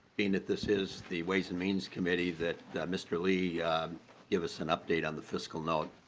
being that this is the ways and means committee that mr. lee give us an update on the fiscal note.